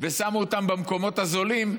ושמו אותם במקומות הזולים,